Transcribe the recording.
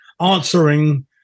answering